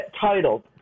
title